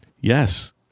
Yes